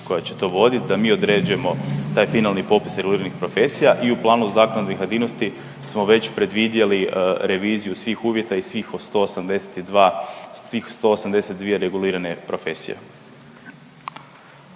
koja će to voditi, da mi određujemo taj finalni popis reguliranih profesija i u planu zakonodavnih aktivnosti smo već predvidjeli reviziju svih uvjeta i svih od 182, svih 182 regulirane profesije.